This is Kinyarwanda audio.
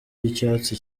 y’icyatsi